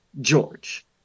George